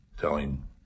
telling